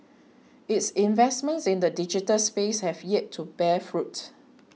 its investments in the digital space have yet to bear fruit